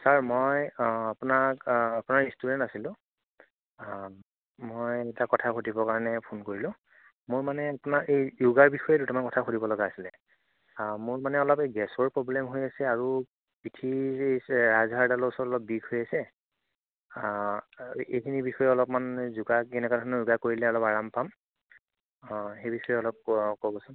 sir মই আপোনাক আপোনাৰ ষ্টোডেণ্ট আছিলোঁ মই এটা কথা সুধিব কাৰণে ফোন কৰিলোঁ মোৰ মানে আপোনাৰ এই য়োগাৰ বিষয়ে দুটামান কথা সুধিব লগা আছিলে মোৰ মানে অলপ এই গেছৰ প্ৰব্লেম হৈ আছে আৰু পিঠিৰ এই ৰাজহাড়দালৰ ওচৰত অলপ বিষ হৈ আছে এইখিনি বিষয়ে অলপমান যোগা কেনেকুৱা ধৰণৰ যোগা কৰিলে অলপ আৰাম পাম অ' সেই বিষয়ে অলপ ক'বচোন